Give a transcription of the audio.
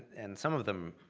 and some of them